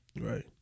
Right